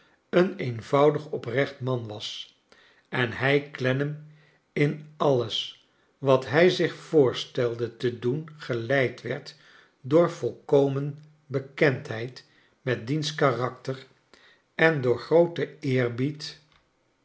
een eenvoudig oprecht man was en hij clennam in alles wat hij zich voorstelde te doen geleid word door volkomen bekendheid met diens karakter en door